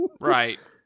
right